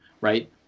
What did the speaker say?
right